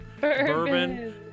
Bourbon